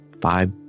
five